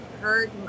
Heard